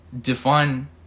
Define